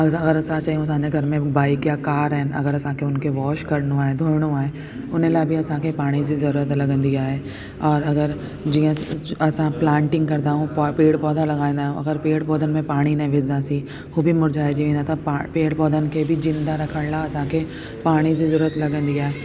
ऐं अगरि असां चऊं असांजे घर में बाइक या कार आहिनि अगरि असांखे हुनखे वॉश करिणो आहे धोइणो आहे हिन लाइ बि असांखे पाणीअ जी ज़रूरत लॻंदी आहे ओर अगरि जीअं असां प्लांटिंग करदाऊं पेड़ पौधा लॻाईंदा आहियूं अगरि पेड़ पौधन में पाणी न विझंदासीं उहे बि मुर्झाइजी वेंदा त पाण पेड़ पौधन खे बि जिंदा रखण लाइ असांखे पाणी ज़रूरत लॻंदी आ्हे